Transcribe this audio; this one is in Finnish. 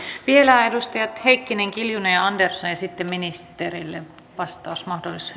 vielä edustajat heikkinen kiljunen ja andersson ja sitten ministerille vastausmahdollisuus